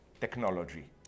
technology